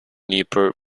newport